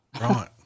Right